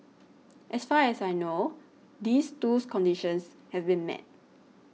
as far as I know these two conditions have been met